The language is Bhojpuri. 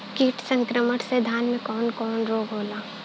कीट संक्रमण से धान में कवन कवन रोग होला?